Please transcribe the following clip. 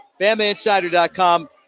BamaInsider.com